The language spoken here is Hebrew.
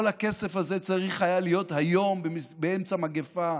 כל הכסף הזה צריך היה להיות היום, באמצע מגפה,